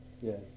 yes